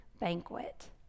banquet